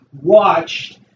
watched